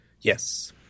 Yes